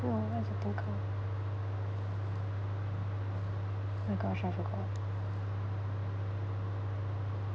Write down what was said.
no what's the thing called oh my gosh I forgot